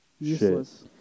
Useless